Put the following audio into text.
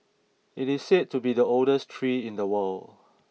it is said to be the oldest tree in the world